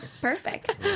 perfect